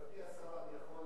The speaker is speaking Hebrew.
גברתי השרה, אני יכול